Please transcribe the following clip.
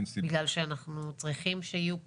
בגלל שאנחנו צריכים שיהיו פה.